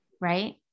right